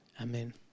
Amen